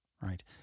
right